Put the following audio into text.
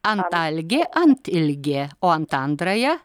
antalgė ant ilgė o antandraja